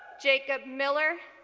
jacob miller,